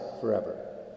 forever